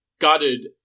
gutted